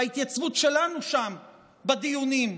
וההתייצבות שלנו שם בדיונים,